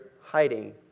hiding